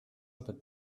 aber